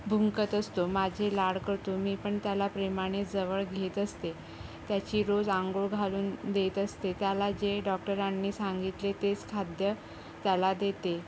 भुं भुंकत असतो माझे लाड करतो मी पण त्याला प्रेमाने जवळ घेत असते त्याची रोज आंघोळ घालून देत असते त्याला जे डॉक्टरांनी सांगितले तेच खाद्य त्याला देते